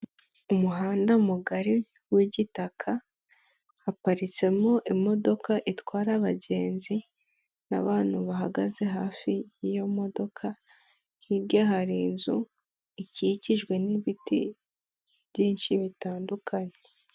Umuhanda mugari w'igitaka, haparitsemo imodoka itwara abagenzi n'abantu bahagaze hafi y'iyo modoka, hirya hari inzu ikikijwe n'ibiti byinshi bitandukanye.